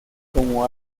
como